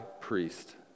priest